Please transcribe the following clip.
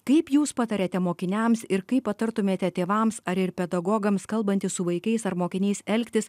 kaip jūs patariate mokiniams ir kaip patartumėte tėvams ar ir pedagogams kalbantis su vaikais ar mokiniais elgtis